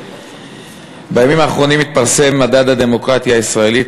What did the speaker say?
בימים האחרונים התפרסם מדד הדמוקרטיה הישראלית